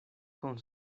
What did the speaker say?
con